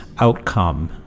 outcome